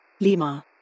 Lima